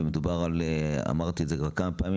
ומדובר וכבר אמרתי את זה כמה פעמים